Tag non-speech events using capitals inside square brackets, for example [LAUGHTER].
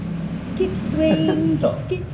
[LAUGHS] ah